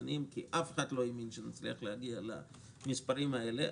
רציניים כי אף אחד לא האמין שנצליח להגיע למספרים האלה,